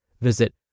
Visit